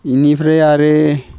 बेनिफ्राय आरो